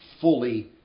fully